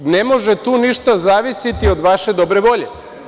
Ne može tu ništa zavisiti od vaše dobre volje.